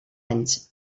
anys